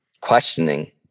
questioning